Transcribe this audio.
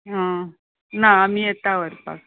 आं ना आमी येता व्हरपाक